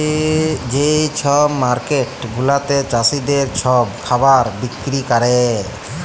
যে ছব মার্কেট গুলাতে চাষীদের ছব খাবার বিক্কিরি ক্যরে